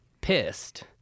pissed